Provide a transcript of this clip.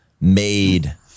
made